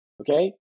Okay